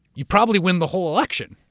you probably win the whole election.